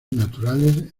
naturales